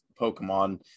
pokemon